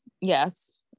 Yes